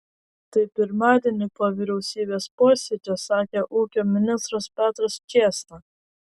tai pirmadienį po vyriausybės posėdžio sakė ūkio ministras petras čėsna